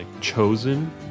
chosen